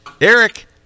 Eric